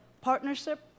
partnership